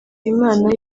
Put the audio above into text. imana